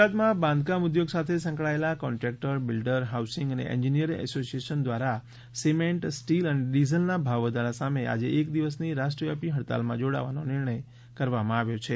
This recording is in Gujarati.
ગુજરાતમાં બાંધકામ ઉદ્યોગ સાથે સંકળાયેલા કોન્ટ્રેક્ટર બિલ્ડર હાઉસિંગ અને એન્જિનિયરિંગ ઍસોસિયેશન દ્વારા સિમેન્ટ સ્ટીલ અને ડીઝલના ભાવ વધારા સામે આજે એક દિવસની રાષ્ટ્ર વ્યાપી હડતલમાં જોડાવાનો નિર્ણય કરવામાં આવ્યો છે